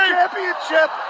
Championship